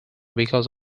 because